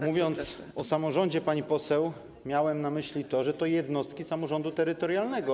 Mówiąc o samorządzie, pani poseł, miałem na myśli jednostki samorządu terytorialnego.